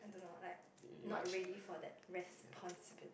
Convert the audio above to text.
you you might ch~